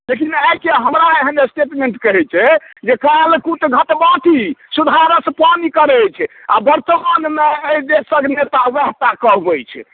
लेकिन आइके हमरा एहन स्टेटमेंट कहैत छै जे काल कूट घट बाँटी सुधारस पान करैछ आ बर्तमानमे एहि देशक नेता ओएहटा कहबैत छै